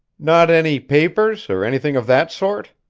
not any papers, or anything of that sort?